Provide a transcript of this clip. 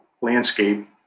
landscape